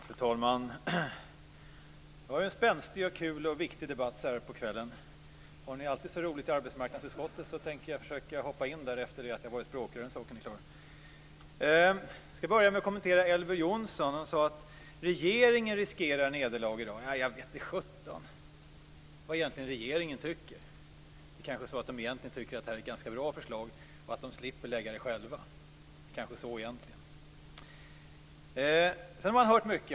Fru talman! Det var en spänstig, kul och viktig debatt så här på kvällen. Har ni alltid så roligt i arbetsmarknadsutskottet? Då tänker jag försöka att hoppa in där efter det att jag har varit språkrör. Den saken är klar. Jag skall börja med att kommentera det Elver Jonsson sade. Han sade att regeringen riskerar ett nederlag. Det vete sjutton vad regeringen egentligen tycker. Det är kanske så att de egentligen tycker att det här är ett ganska bra förslag och är glada för att de slipper att lägga fram det själva. Så är det kanske egentligen. Sedan har vi hört mycket.